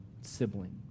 sibling